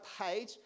page